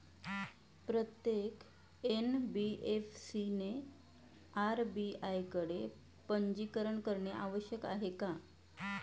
प्रत्येक एन.बी.एफ.सी ने आर.बी.आय कडे पंजीकरण करणे आवश्यक आहे का?